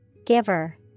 Giver